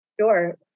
Sure